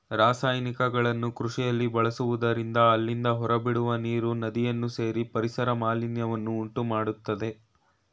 ರಾಸಾಯನಿಕಗಳನ್ನು ಕೃಷಿಯಲ್ಲಿ ಬಳಸುವುದರಿಂದ ಅಲ್ಲಿಂದ ಹೊರಬಿಡುವ ನೀರು ನದಿಯನ್ನು ಸೇರಿ ಪರಿಸರ ಮಾಲಿನ್ಯವನ್ನು ಉಂಟುಮಾಡತ್ತದೆ